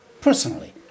personally